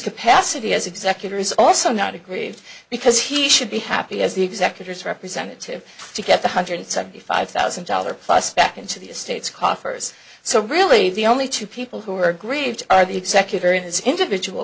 capacity as executor is also not agreed because he should be happy as the executors representative to get the hundred seventy five thousand dollars plus back into the estates coffers so really the only two people who are grieved are the executor in his individual